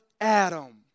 Adam